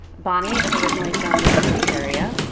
bonnie is originally from the d c. area,